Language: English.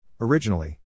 Originally